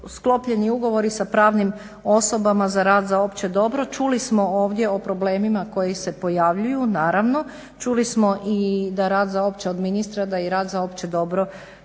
sklopljeni ugovori sa pravnim osobama za rad za opće dobro. Čuli smo ovdje o problemima koji se pojavljuju naravno, čuli smo od ministra da i rad za opće dobro